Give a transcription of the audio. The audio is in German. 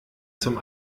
zum